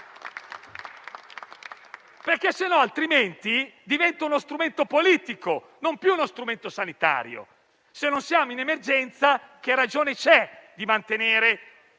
*green pass* diventa uno strumento politico e non più uno strumento sanitario. Se non siamo in emergenza, che ragione c'è di mantenere